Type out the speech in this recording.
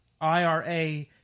IRA